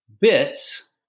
bits